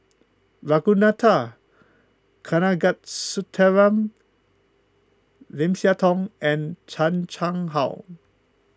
Ragunathar Kanagasuntheram Lim Siah Tong and Chan Chang How